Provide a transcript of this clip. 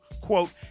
quote